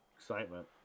Excitement